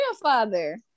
grandfather